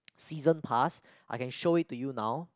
season pass I can show it to you now